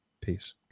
Peace